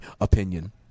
opinion